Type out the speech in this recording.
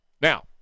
Now